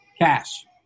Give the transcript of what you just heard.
Cash